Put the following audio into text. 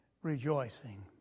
Rejoicing